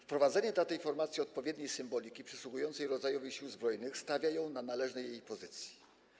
Wprowadzenie w tej formacji odpowiedniej symboliki przysługującej rodzajowi Sił Zbrojnych stawia ją na należnej jej pozycji.